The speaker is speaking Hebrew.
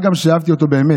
מה גם שאהבתי אותו באמת.